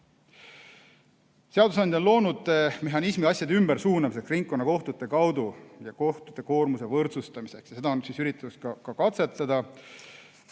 Seadusandja on loonud mehhanismi asjade ümbersuunamiseks ringkonnakohtute kaudu kohtute koormuse võrdsustamiseks. Seda on üritatud ka katsetada.